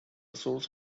source